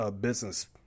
business